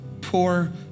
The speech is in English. poor